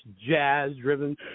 jazz-driven